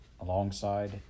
alongside